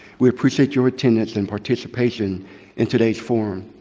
we appreciate your attendance and participation in today's forum.